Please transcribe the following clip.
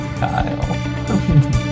Kyle